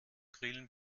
grillen